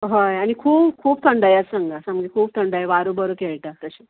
हय आनी खूब खूब थंडाय आसा हांगा सामकी खूब थंडाय वारो बरो खेळटा तशें